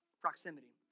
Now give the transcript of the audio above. Proximity